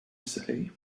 say